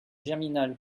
germinal